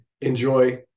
Enjoy